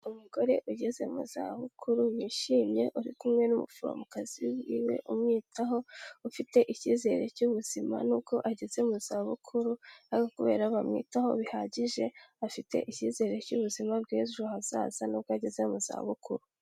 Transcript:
Umugore ugeze mu zabukuru wishimye, uri kumwe n'umuforomokazi wiwe umwitaho, ufite icyizere cy'ubuzima nuko ageze mu za bukuru, ari ukubera bamwitaho bihagije, afite icyizere cy'ubuzima bw'ejo hazaza nubwo ageze mu zabukuru.